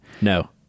No